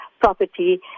property